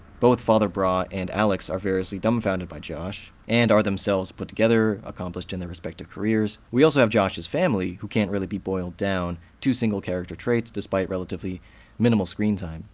both father brah and alex are variously dumbfounded by josh, and are themselves put-together, accomplished in their respective careers. we also have josh's family, who can't really be boiled down to single character traits despite relatively minimal screentime.